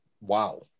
Wow